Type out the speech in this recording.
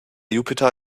jupiter